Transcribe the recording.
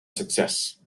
success